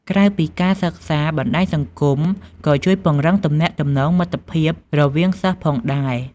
ក្រៅពីការសិក្សា បណ្ដាញសង្គមក៏ជួយពង្រឹងទំនាក់ទំនងមិត្តភាពរវាងសិស្សផងដែរ។